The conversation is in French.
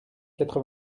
quatre